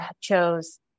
chose